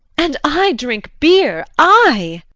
and i drink beer i!